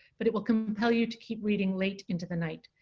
but it will compel you to keep reading late into the night,